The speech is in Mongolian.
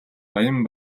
баян